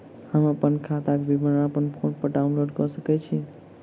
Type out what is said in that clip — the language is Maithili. हम अप्पन खाताक विवरण अप्पन फोन पर डाउनलोड कऽ सकैत छी?